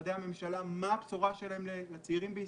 ממשרדי המשלה מה הבשורה שלהם לצעירים בישראל.